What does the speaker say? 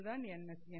இது தான் ns